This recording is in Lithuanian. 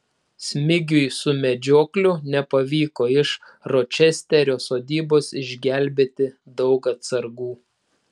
smigiui su medžiokliu nepavyko iš ročesterio sodybos išgelbėti daug atsargų